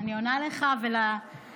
אני עונה לך ולחברים.